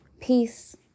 Peace